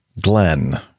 Glenn